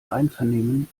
einvernehmen